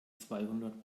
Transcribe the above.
zweihundert